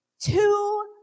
two